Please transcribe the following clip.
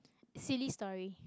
silly story